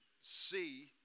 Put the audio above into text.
see